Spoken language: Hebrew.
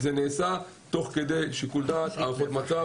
זה נעשה תוך כדי שיקול דעת והערכות מצב